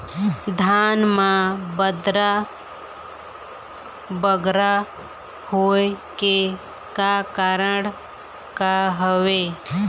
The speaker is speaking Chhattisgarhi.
धान म बदरा बगरा होय के का कारण का हवए?